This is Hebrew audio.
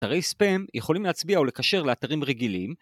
‫אתרי ספאם יכולים להצביע ‫או לקשר לאתרים רגילים.